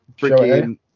freaking